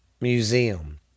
museum